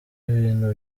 ibintu